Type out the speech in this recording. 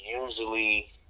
usually